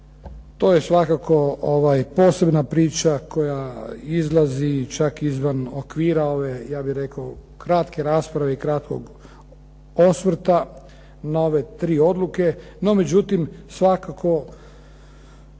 to je svakako posebna priča koja izlazi čak izvan okvira ove, ja bih rekao kratke rasprave i kratkog osvrta na ove tri odluke. No međutim, svakako